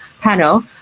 panel